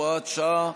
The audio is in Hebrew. שעה)